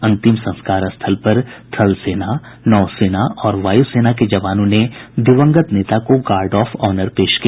अंतिम संस्कार स्थल पर थलसेना नौसेना और वायुसेना के जवानों ने दिवंगत नेता को गार्ड ऑफ ऑनर पेश किया